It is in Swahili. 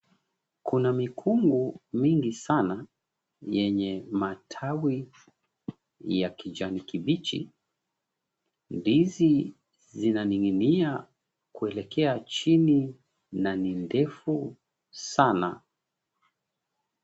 Kuna mikungu mingi sana yenye matawi ya kijani kibichi. Ndizi zinaning'inia kuelekea chini na ni ndefu sana.